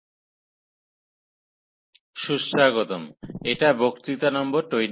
ই সুস্বাগতম এটা বক্তৃতা নম্বর 28